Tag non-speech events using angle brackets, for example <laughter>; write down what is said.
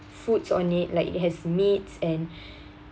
foods on it like it has meats and <breath>